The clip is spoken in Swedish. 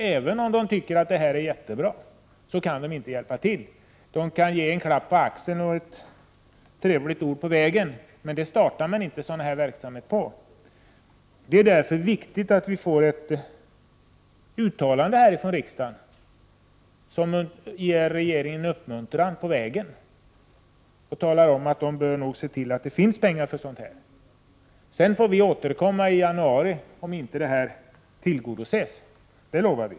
Även om de tycker att ett projekt är jättebra, kan de inte hjälpa till. De kan bara ge en klapp på axeln och ett trevligt ord på vägen, men det startar man inte en sådan här verksamhet på. Det är därför viktigt att få ett uttalande från riksdagen som ger regeringen en uppmuntran på vägen och talar om att den nog bör se till att det finns pengar för sådana ändamål. Sedan får vi återkomma i januari om detta inte tillgodoses — det lovar vi.